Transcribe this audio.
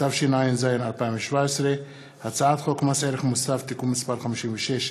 התשע''ז 2017. הצעת חוק מס ערך מוסף (תיקון מס' 56),